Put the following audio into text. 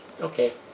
Okay